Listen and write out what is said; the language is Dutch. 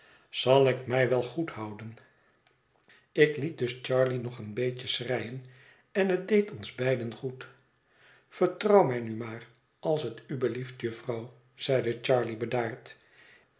zal ik mij wel goed houden ik liet dus charley nog een beetje schreien en het deed ons beiden goed vertrouw mij nu maar als het u belieft jufvrouw zeide charley bedaard